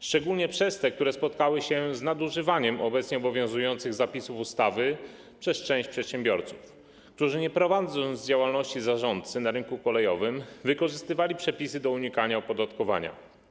szczególnie przez te, które spotykały się z nadużywaniem obecnie obowiązujących zapisów ustawy przez część przedsiębiorców, którzy nie prowadząc działalności zarządcy na rynku kolejowym, wykorzystywali przepisy do unikania opodatkowania.